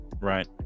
right